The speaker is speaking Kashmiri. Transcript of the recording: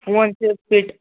فون چھُ فِٹ